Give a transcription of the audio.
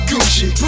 Gucci